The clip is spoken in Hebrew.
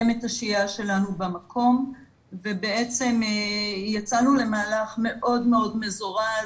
לסיים את השהייה שלנו במקום ובעצם יצאנו למהלך מאוד מאוד מזורז,